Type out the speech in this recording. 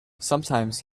sometimes